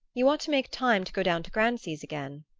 you ought to make time to go down to grancy's again.